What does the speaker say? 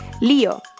Leo